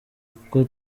kuko